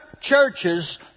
churches